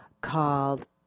called